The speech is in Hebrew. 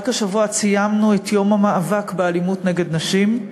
רק השבוע ציינו את יום המאבק באלימות נגד נשים,